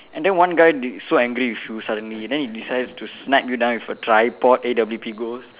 and then one guy di~ so angry with you suddenly then he decided to snipe you down with a tripod A_W_P ghost